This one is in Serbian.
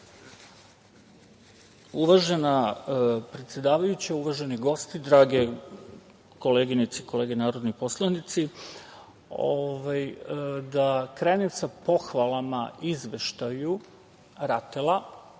Uvažena predsedavajuća, uvaženi gosti, drage koleginice i kolege narodni poslanici, da krenem sa pohvalama izveštaju RATEL-a,